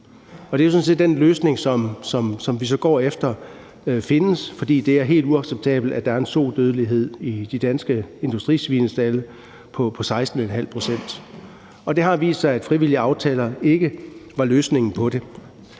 at den løsning skal findes, for det er helt uacceptabelt, at der er en sodødelighed i de danske industrisvinestalde på 16½ pct., og det har vist sig, at frivillige aftaler ikke var løsningen på det.